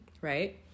right